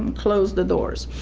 closed the doors.